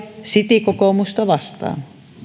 citykokoomusta vastaan